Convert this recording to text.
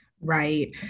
Right